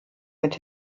mit